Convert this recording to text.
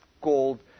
called